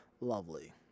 lovely